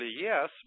yes